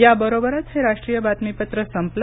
याबरोबरच हे राष्ट्रीय बातमीपत्र संपलं